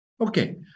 Okay